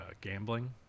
gambling